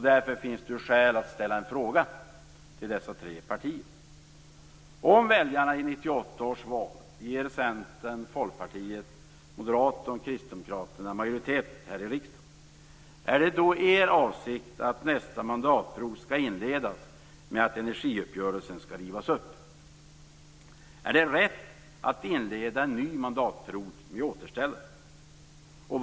Därför finns det skäl att ställa några frågor till dessa tre partier: Om väljarna i 1998 års val ger Centern, Folkpartiet, Moderaterna och Kristdemokraterna majoritet här i riksdagen, är det då er avsikt att inleda nästa mandatperiod med att riva upp energiuppgörelsen? Är det rätt att inleda en ny mandatperiod med återställare?